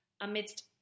amidst